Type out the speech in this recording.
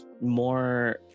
more